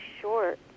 short